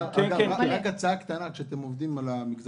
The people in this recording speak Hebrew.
רק הצעה קטנה כשאתם עובדים על המגזר